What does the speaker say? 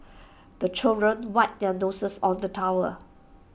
the children wipe their noses on the towel